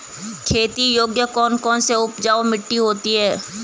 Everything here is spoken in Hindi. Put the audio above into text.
खेती योग्य कौन कौन सी उपजाऊ मिट्टी होती है?